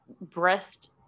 breast